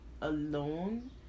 alone